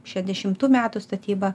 šešiasdešimtų metų statyba